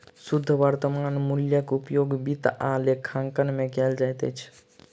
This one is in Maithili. शुद्ध वर्त्तमान मूल्यक उपयोग वित्त आ लेखांकन में कयल जाइत अछि